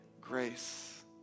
grace